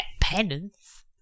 penance